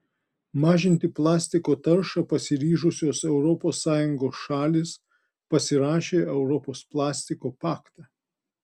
mažinti plastiko taršą pasiryžusios europos sąjungos šalys pasirašė europos plastiko paktą